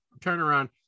turnaround